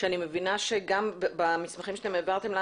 כשאני מבינה שגם במסמכים שאתם העברתם לנו